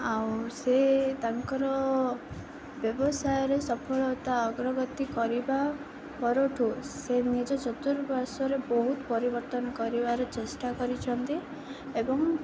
ଆଉ ସେ ତାଙ୍କର ବ୍ୟବସାୟରେ ସଫଳତା ଅଗ୍ରଗତି କରିବା ପରଠୁ ସେ ନିଜ ଚତୁର୍ପାଶ୍ୱରେ ବହୁତ ପରିବର୍ତ୍ତନ କରିବାର ଚେଷ୍ଟା କରିଛନ୍ତି ଏବଂ